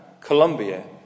Colombia